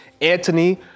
Anthony